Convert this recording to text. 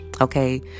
okay